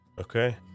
Okay